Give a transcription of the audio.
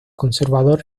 conservador